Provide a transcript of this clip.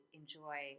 enjoy